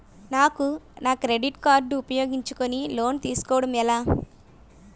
నాకు నా credit card ఉపయోగించుకుని లోన్ తిస్కోడం ఎలా?